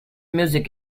music